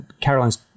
Caroline's